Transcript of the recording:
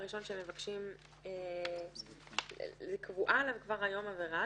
בסעיף הראשון שמבקשים קבועה להם כבר היום עבירה.